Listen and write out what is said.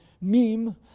meme